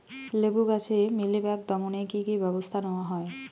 লেবু গাছে মিলিবাগ দমনে কী কী ব্যবস্থা নেওয়া হয়?